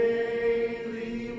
Daily